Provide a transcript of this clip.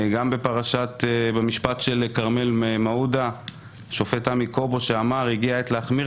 במשפט של כרמל מעודה השופט עמי קובו אמר: הגיעה העת להחמיר